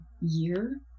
year